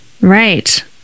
right